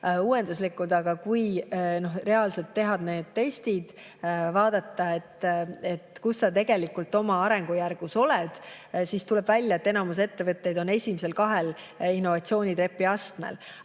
uuenduslikud, aga kui reaalselt teha testid, vaadata, kus sa tegelikult oma arengujärgus oled, siis tuleb välja, et enamus ettevõtteid on esimesel kahel Innovatsioonitrepi astmel.